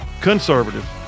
conservative